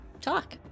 talk